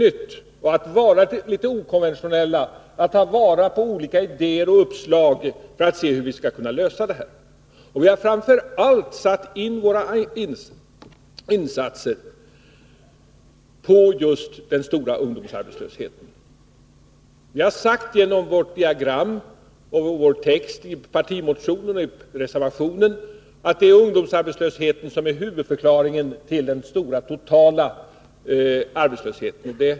Vi försöker att vara litet okonventionella, att ta vara på olika idéer och uppslag för att se hur vi skall kunna lösa dessa frågor. Vi har framför allt satsat med anledning av just den stora ungdomsarbetslösheten. Av vårt diagram och av texten i vår partimotion och reservation framgår att det är ungdomsarbetslösheten som är huvudförklaringen till den stora totala arbetslösheten.